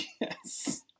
Yes